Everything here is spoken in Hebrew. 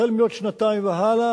החל מעוד שנתיים והלאה,